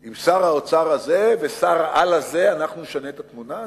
עם שר האוצר והשר-על הזה אנחנו נשנה את התמונה הזאת?